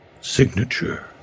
signature